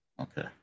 Okay